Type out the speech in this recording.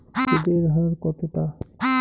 সুদের হার কতটা?